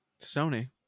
Sony